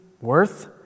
worth